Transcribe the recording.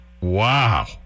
Wow